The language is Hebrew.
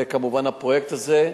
וכמובן הפרויקט הזה,